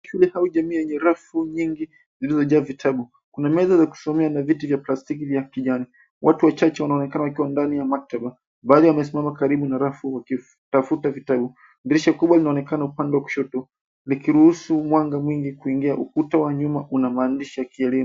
Shule au jamii yenye rafu nyingi zilizojaa vitabu. Kuna meza za kusomea na viti vya plastiki vya kijani. Watu wachache wanaonekana wakiwa ndani ya maktaba baadhi wamesimama karibu na rafu wakitafuta vitabu. Dirisha kubwa linaonekana upande wa kushoto likiruhusu mwanga mwingi kuingia. Ukuta wa nyuma una maandishi ya kielimu.